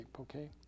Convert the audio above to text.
Okay